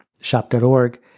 shop.org